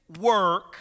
work